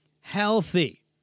Healthy